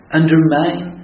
undermine